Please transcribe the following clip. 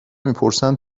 میپرسن